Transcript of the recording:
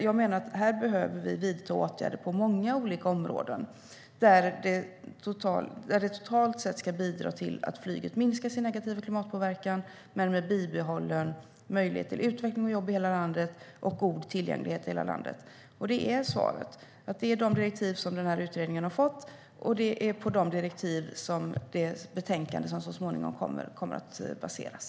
Jag menar att vi behöver vidta åtgärder på många olika områden, vilket totalt sett ska bidra till att flyget minskar sin negativa klimatpåverkan med bibehållen möjlighet till utveckling och jobb i hela landet och god tillgänglighet i hela landet. Det är svaret. Det är de direktiv som utredningen har fått, och det är på de direktiven som betänkandet som kommer så småningom kommer att baseras.